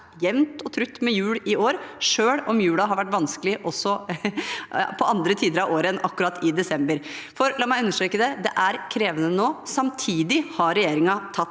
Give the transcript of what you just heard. og trutt med jul i år – selv om julen har vært vanskelig også på andre tider av året enn akkurat i desember. For la meg understreke det: Det er krevende nå. Samtidig har regjeringen tatt